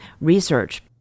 research